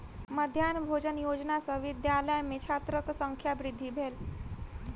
मध्याह्न भोजन योजना सॅ विद्यालय में छात्रक संख्या वृद्धि भेल